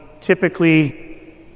typically